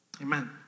Amen